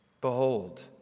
Behold